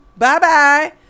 Bye-bye